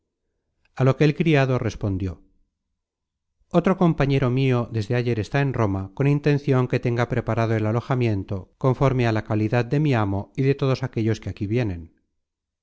a lo que el criado respondió otro compañero mio desde content from google book search generated at ayer está en roma con intencion que tenga preparado el alojamiento conforme á la calidad de mi amo y de todos aquellos que aquí vienen